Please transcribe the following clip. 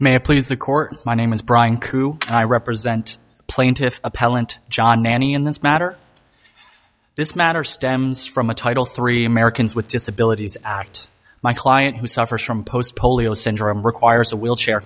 i please the court my name is brian coup and i represent the plaintiff appellant john nanny in this matter this matter stems from a title three americans with disabilities act my client who suffers from post polio syndrome requires a wheelchair